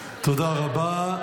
תודה רבה.